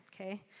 Okay